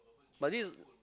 but this